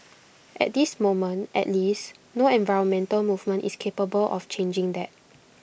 at this moment at least no environmental movement is capable of changing that